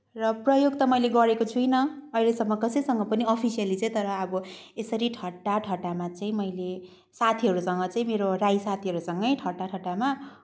प्रयोग त मैले गरेको छुइनँ अहिलेसम्म कसैसँग पनि अफिसियली चाहिँ तर अब यसरी ठट्टा ठट्टामा चाहिँ मैले साथीहरूसँग चाहिँ मेरो राई साथीहरूसँगै ठट्टा ठट्टामा